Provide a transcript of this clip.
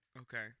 Okay